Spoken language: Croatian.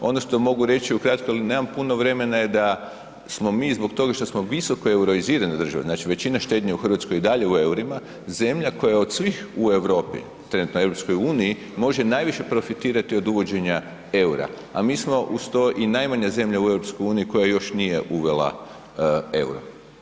Ono što mogu reći u kratko jel nemam puno vremena je da smo mi zbog toga što smo visokoeuroizirana država znači većina štednje u Hrvatskoj je i dalje u eurima, zemlja koja je od svih u Europi, trenutno u EU može najviše profitirati od uvođenja eura, a mi smo uz to i najmanja zemlja u EU koja još nije uvela euro.